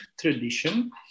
tradition